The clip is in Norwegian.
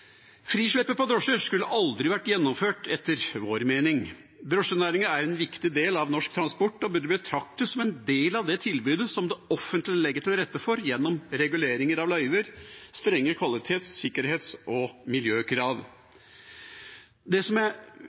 Frisleppet av drosjer skulle aldri vært gjennomført etter vår mening. Drosjenæringen er en viktig del av norsk transport og burde betraktes som en del av det tilbudet som det offentlige legger til rette for gjennom reguleringer av løyver og strenge kvalitets-, sikkerhets- og miljøkrav. Det som jeg imidlertid stadig blir forundret over, er